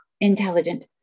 intelligent